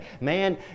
Man